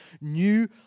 new